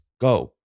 go